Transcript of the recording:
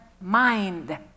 mind